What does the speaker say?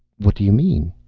what do you mean?